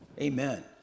Amen